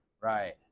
right